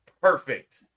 perfect